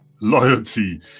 loyalty